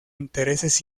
intereses